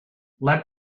let